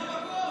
זה המקום.